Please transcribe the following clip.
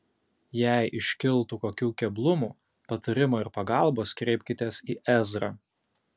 jei iškiltų kokių keblumų patarimo ir pagalbos kreipkitės į ezrą